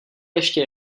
ještě